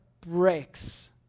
breaks